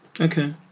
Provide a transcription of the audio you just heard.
Okay